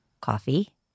Coffee